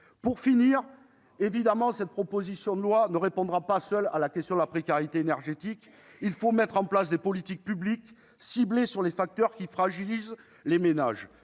salaires. Évidemment, cette proposition de loi ne répondra pas seule à la question de la précarité énergétique. Il faut mettre en place des politiques publiques ciblées sur les facteurs qui fragilisent les ménages-